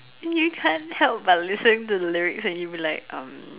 you can't help but listen to the lyrics and you'll be like um